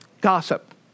Gossip